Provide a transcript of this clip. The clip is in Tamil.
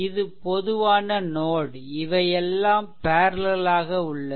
இது பொதுவான நோட் இவைஎல்லாம் பேர்லெல் ஆக உள்ளது